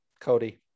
Cody